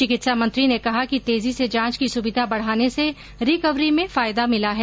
चिकित्सा मंत्री ने कहा कि तेजी से जांच की सुविधा बढाने से रिकवरी में फायदा मिला है